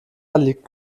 liegt